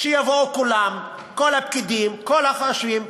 שיבואו כולם, כל הפקידים, כל החשובים,